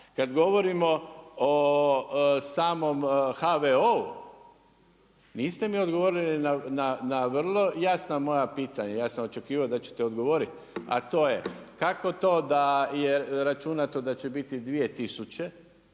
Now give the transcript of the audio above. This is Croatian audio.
Kad govorimo o samom HVO-u niste mi odgovorili na vrlo jasna moja pitanja. Ja sam očekivao da ćete odgovoriti, a to je kako to da je računato da će biti 2000.